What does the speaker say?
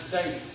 States